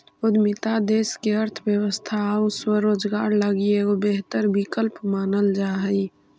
उद्यमिता देश के अर्थव्यवस्था आउ स्वरोजगार लगी एगो बेहतर विकल्प मानल जा हई